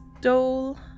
Dole